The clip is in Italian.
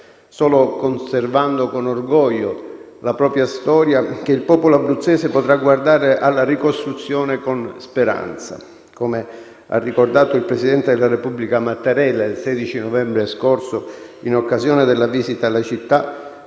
solo conservando con orgoglio la propria storia che il popolo abruzzese potrà guardare alla ricostruzione con speranza. Come ha ricordato il presidente della Repubblica Mattarella il 16 novembre scorso in occasione della visita alla città,